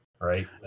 right